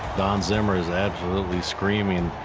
don zimmer is absolutely screaming,